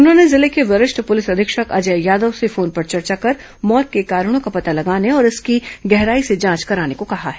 उन्होंने जिले के वरिष्ठ प्रलिस अधीक्षक अजय यादव से फोन पर चर्चा कर मौत के कारणों का पता लगाने और इसकी गहराई से जांच कराने को कहा है